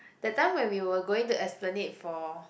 that time when we were going to Esplanade for